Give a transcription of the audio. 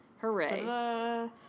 hooray